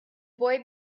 boy